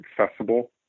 accessible